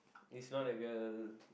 is not a girl